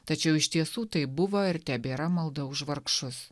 tačiau iš tiesų taip buvo ir tebėra malda už vargšus